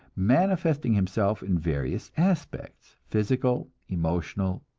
manifesting himself in various aspects, physical, emotional,